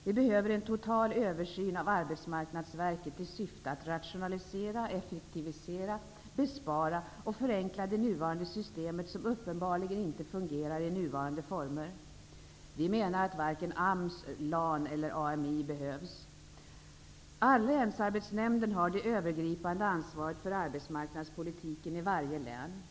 Vi behöver en total översyn av arbetsmarknadsverket i syfte att rationalisera, effektivisera, göra besparingar och förenkla det nuvarande systemet, som uppenbarligen inte fungerar i nuvarande former. Vi menar att varken AMS, LAN eller AMI behövs. Länsarbetsnämnden har det övergripande ansvaret för arbetsmarknadspolitiken i varje län.